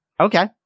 okay